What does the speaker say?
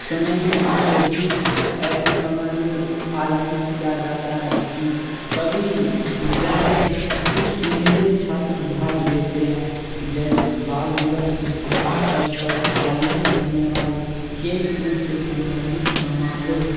समय में तो कुछ ऐसे समय में आयोजित किया जाता है जिसमें सभी विद्यालय के कुछ चुनिंदे छात्र भाग लेते हैं जैसे बाल दिवस के शुभ अवसर पर आयोजित होने वाले खेलकूद से संबंधित समारोह